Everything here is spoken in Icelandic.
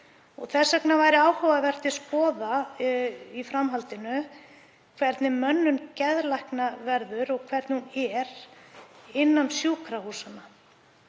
Þess vegna væri áhugavert að skoða í framhaldinu hvernig mönnun geðlækna verður og hvernig hún er innan sjúkrahúsanna